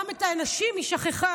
גם את הנשים היא שכחה.